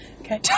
Okay